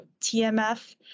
TMF